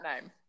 name